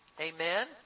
Amen